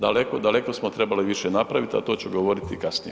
Daleko, daleko smo trebali više napraviti, a to ću govoriti kasnije.